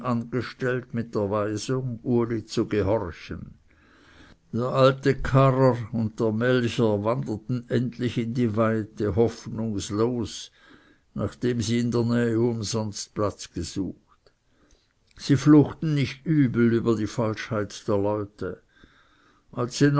angestellt mit der weisung uli zu gehorchen der alte karrer und der melcher wanderten endlich in die weite hoffnungslos nachdem sie in der nähe umsonst platz gesucht sie fluchten nicht übel über die falschheit der leute als